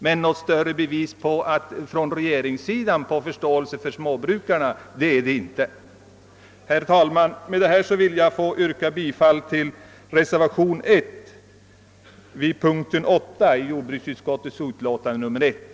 Men något större bevis på förståelse från regeringshåll för småbrukarna har vi ännu inte fått. Herr talman! Med dessa ord ber jag att få yrka bifall till reservationen 1 vid denna punkt i jordbruksutskottets utiåtande nr 1.